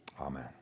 Amen